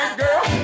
girl